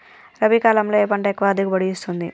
రబీ కాలంలో ఏ పంట ఎక్కువ దిగుబడి ఇస్తుంది?